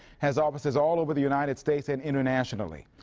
has offices all over the united states and internationally.